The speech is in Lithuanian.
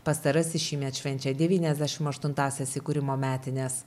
pastarasis šįmet švenčia devyniasdešim aštuntąsias įkūrimo metines